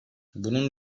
bunun